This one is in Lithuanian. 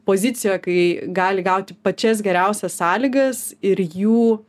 pozicijoje kai gali gauti pačias geriausias sąlygas ir jų